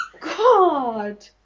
God